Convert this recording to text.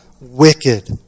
wicked